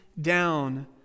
down